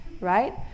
right